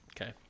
Okay